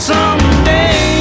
Someday